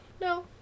no